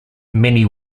many